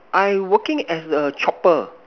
I working as the chopper